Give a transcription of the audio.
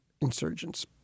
insurgents